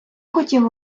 хотів